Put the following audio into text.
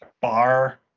bar